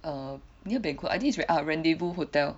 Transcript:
err near banquet ah Rendezvous Hotel